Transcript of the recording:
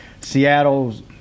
Seattle's